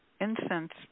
incense